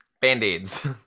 band-aids